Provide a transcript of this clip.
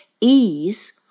ease